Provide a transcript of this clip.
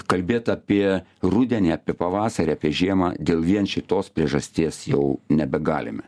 kalbėt apie rudenį apie pavasarį apie žiemą dėl vien šitos priežasties jau nebegalime